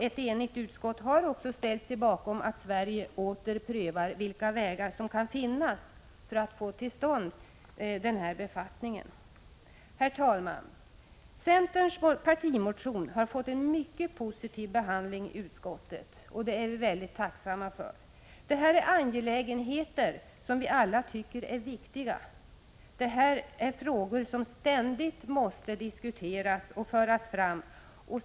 Ett enigt utskott har också ställt sig bakom att Sverige åter prövar vilka vägar som kan finnas för att få till stånd den här befattningen. Herr talman! Centerns partimotion har fått en mycket positiv behandling i utskottet, och det är vi mycket tacksamma för. Det här är angelägenheter som vi alla tycker är viktiga. Det är frågor som ständigt måste diskuteras och föras fram.